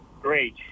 great